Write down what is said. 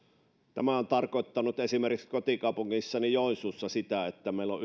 tämä on tarkoittanut esimerkiksi kotikaupungissani joensuussa sitä että meillä on